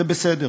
זה בסדר,